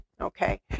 Okay